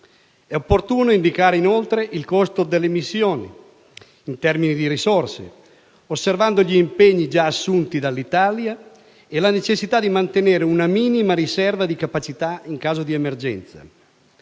È opportuno indicare inoltre il costo delle missioni in termini di risorse, osservando gli impegni già assunti dall'Italia e mantenendo necessariamente una minima riserva di capacità in caso di emergenza.